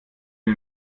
mit